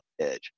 edge